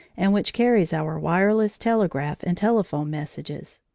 and which carries our wireless telegraph and telephone messages.